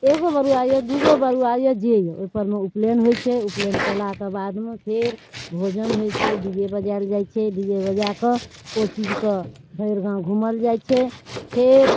एगो बरुआ यऽ दूगो यऽ जे यऽ ओइपर मे उपनयन होइ छै उपनयन कयलाके बादमे फेर भोजन होइ छै डी जे बजायल जाइ छै डी जे बजाकऽ ओ चीजके भरि गाम घुमल जाइ छै फेर